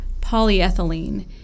polyethylene